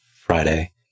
Friday